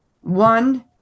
One